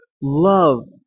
love